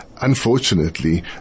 unfortunately